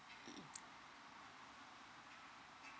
mmhmm